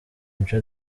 mico